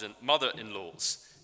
mother-in-laws